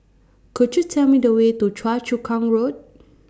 Could YOU Tell Me The Way to Choa Chu Kang Road